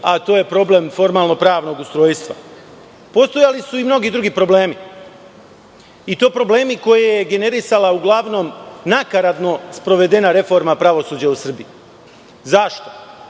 a to je problem formalno-pravnog ustrojstva. Postojali su i mnogi drugi problemi i to problemi koje je generisala uglavnom nakaradno sprovedena reforma pravosuđa u Srbiji. Zašto?